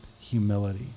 humility